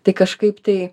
tai kažkaip tai